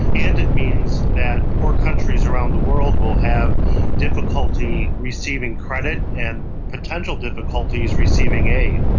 and it means that poor countries around the world will have difficulty receiving credit and potential difficulties receiving aid.